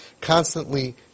constantly